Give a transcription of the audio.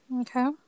Okay